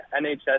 NHS